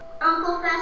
Uncle